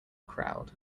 crowd